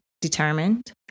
determined